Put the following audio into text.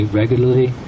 regularly